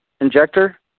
injector